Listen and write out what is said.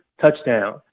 touchdown